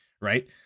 Right